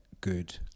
good